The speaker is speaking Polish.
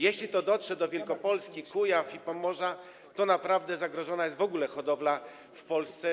Jeśli to dotrze do Wielkopolski, Kujaw i Pomorza, to naprawdę zagrożona jest w ogóle hodowla świń w Polsce.